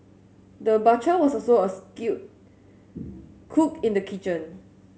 the butcher was also a skilled cook in the kitchen